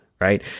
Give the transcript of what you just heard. right